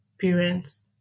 parents